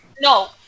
no